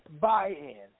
buy-in